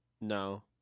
No